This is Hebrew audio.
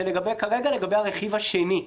זה לגבי הרכיב השני כרגע,